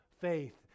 faith